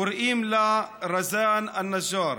קוראים לה רזאן א-נג'אר.